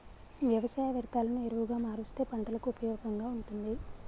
వ్యవసాయ వ్యర్ధాలను ఎరువుగా మారుస్తే పంటలకు ఉపయోగంగా ఉంటుంది